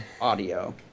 audio